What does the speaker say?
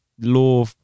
law